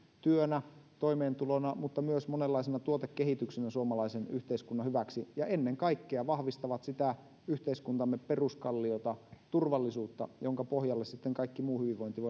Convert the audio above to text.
työnä toimeentulona mutta myös monenlaisena tuotekehityksenä suomalaisen yhteiskunnan hyväksi ja ennen kaikkea vahvistavat sitä yhteiskuntamme peruskalliota turvallisuutta jonka pohjalle sitten kaikki muu hyvinvointi